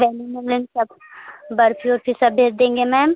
balloon वैलून सब बर्फी ओर्फी सब भेज देंगे मैम